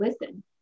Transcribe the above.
listen